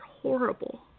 horrible